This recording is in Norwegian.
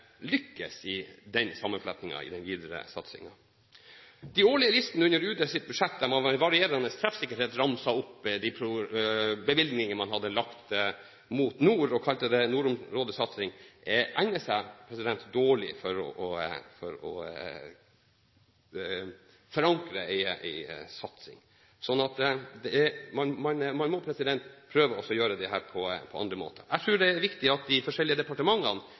lykkes med den sammenflettingen i den videre satsingen. De årlige listene under Utenriksdepartementets budsjett som med varierende treffsikkerhet ramser opp de bevilginger man har lagt til nord, og kaller det nordområdesatsing, egner seg dårlig til å forankre i satsing. Så man må prøve å gjøre dette på andre måter. Jeg tror det er viktig at de forskjellige departementene